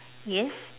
yes